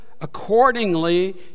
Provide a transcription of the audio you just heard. accordingly